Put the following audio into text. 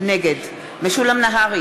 נגד משולם נהרי,